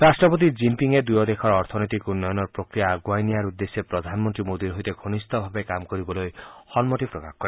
ৰাষ্ট্ৰপতি জিনপিঙে দুয়ো দেশৰ অৰ্থনৈতিক উন্নয়নৰ প্ৰক্ৰিয়া আগুৱাই নিয়াৰ উদ্দেশ্যে প্ৰধানমন্ত্ৰী মোদীৰ সৈতে ঘনিষ্ঠভাৱে কাম কৰিবলৈ সন্মতি প্ৰকাশ কৰে